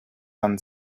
and